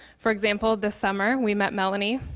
for example, this summer, we met melanie,